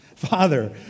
Father